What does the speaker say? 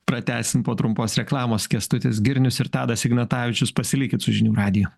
pratęsim po trumpos reklamos kęstutis girnius ir tadas ignatavičius pasilikit su žinių radiju